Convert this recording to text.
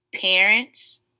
parents